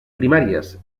primàries